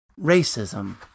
racism